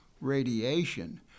radiation